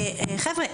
חבר'ה,